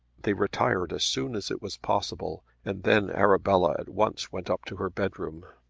they retired as soon as it was possible, and then arabella at once went up to her bedroom.